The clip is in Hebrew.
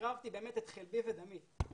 והקרבתי באמת את חלבי ודמי, חברים,